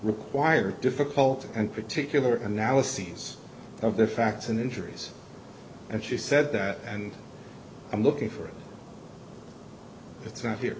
require difficult and particular analyses of the facts and injuries and she said that and i'm looking for it it's not here